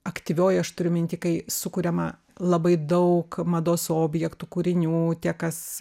aktyvioji aš turiu minty kai sukuriama labai daug mados objektų kūrinių tie kas